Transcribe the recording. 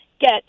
get